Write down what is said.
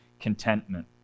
contentment